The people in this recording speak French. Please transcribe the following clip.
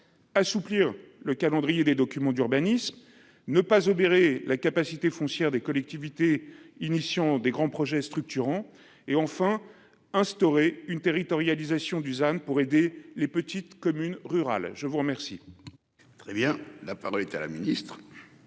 assouplir le calendrier des documents d'urbanisme ne pas obérer la capacité foncière des collectivités initions des grands projets structurants et enfin instaurer une territorialisation Dusan pour aider les petites communes rurales. Je vous remercie.